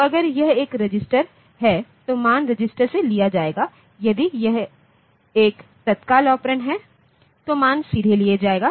तो अगर यह एक रजिस्टर है तो मान रजिस्टर से लिया जाएगा यदि यह एक तत्काल ऑपरेंडहै तो मान सीधे लिया जाएगा